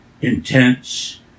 intense